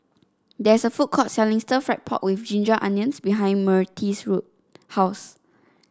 there is a food court selling stir fry pork with Ginger Onions behind Myrtis' house